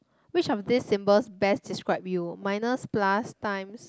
which of these symbols best describe you minus plus times